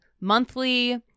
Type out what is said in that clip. monthly